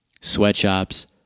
Sweatshops